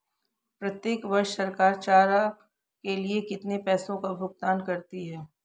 प्रत्येक वर्ष सरकार चारा के लिए कितने पैसों का भुगतान करती है?